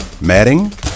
matting